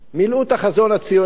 מילאו את החזון הציוני,